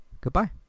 Goodbye